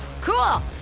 Cool